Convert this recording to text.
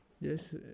Yes